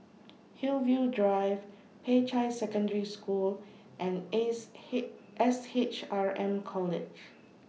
Hillview Drive Peicai Secondary School and Ace S H R M College